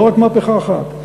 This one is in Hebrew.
לא רק מהפכה אחת.